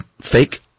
fake